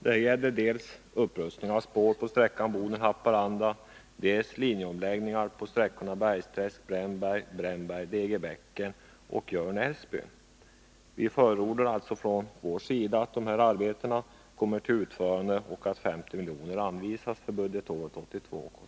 Det gäller dels upprustning av spår på sträckan Boden-Haparanda, dels linjeomläggningar på sträckorna Bergsträsk-Brännberg, Brännberg-Degerbäcken och Jörn-Älvsbyn. Vi förordar alltså från vår sida att dessa arbeten kommer till utförande och att 50 milj.kr. anvisas för budgetåret 1982/83.